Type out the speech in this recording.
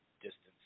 distance